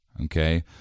Okay